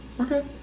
Okay